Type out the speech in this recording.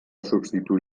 substituir